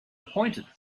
appointed